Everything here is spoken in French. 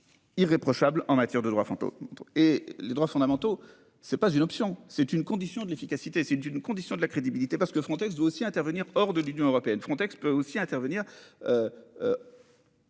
Irréprochable en matière de droits fantôme et les droits fondamentaux. C'est pas une option, c'est une condition de l'efficacité, c'est une condition de la crédibilité parce que Frontex doit aussi intervenir hors de l'Union européenne Frontex peut aussi intervenir.